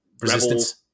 Resistance